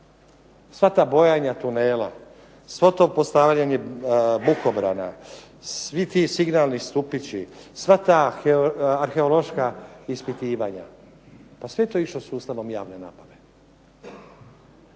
Sva ta bojanja tunela, svo to postavljanje bukobrana, svi ti signalni stupići, sva ta arheološka ispitivanja, pa sve je to išlo sustavom javne nabave.